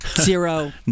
Zero